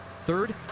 Third